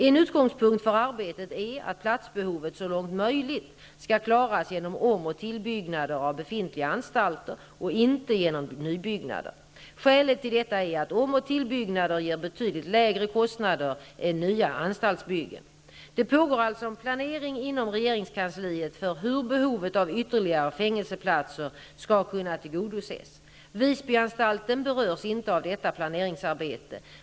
En utgångspunkt för arbetet är att platsbehovet så långt möjligt skall klaras genom om och tillbyggnader av befintliga anstalter och inte genom nybyggnader. Skälet till detta är att om och tillbyggnader ger betydligt lägre kostnader än nya anstaltsbyggen. Det pågår alltså en planering inom regeringskansliet för hur behovet av ytterligare fängelseplatser skall kunna tillgodoses. Visbyanstalten berörs inte av detta planeringsarbete.